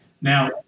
Now